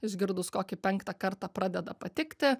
išgirdus kokį penktą kartą pradeda patikti